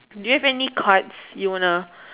do you have any cards you wanna